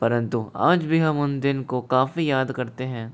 परंतु आज भी हम उन दिन को काफी याद करते हैं